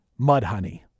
Mudhoney